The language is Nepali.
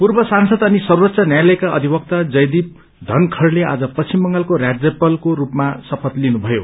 पूर्व सांसद अनि सर्वोच्च न्यायालयका अधिवक्ता जयदीप धनखड़ले आज पश्चिम बंगालको राज्यपालको स्पमा शपथ लिनुभयो